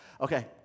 Okay